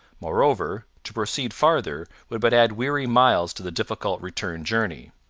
moreover, to proceed farther would but add weary miles to the difficult return journey.